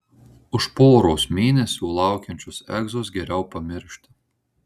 už poros mėnesių laukiančius egzus geriau pamiršti